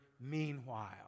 meanwhile